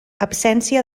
absència